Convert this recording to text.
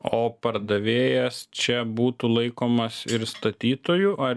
o pardavėjas čia būtų laikomas ir statytoju ar